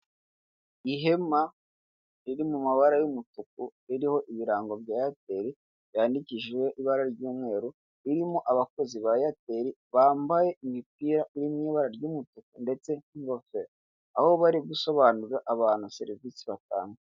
Ihema riri mu mabara y'umutuku ririho ibirango bya Airtel byandikishije ibara ry'umweru ririmo abakozi ba Airtel bambaye imipira iri mu ibara ry'umutuku ndetse n'ngofero, aho barimo gusobanurira abantu serivise batanga.